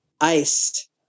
iced